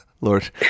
Lord